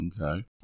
Okay